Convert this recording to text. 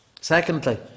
Secondly